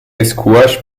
اسکواش